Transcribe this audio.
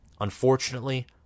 Unfortunately